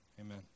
Amen